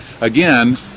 again